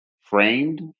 framed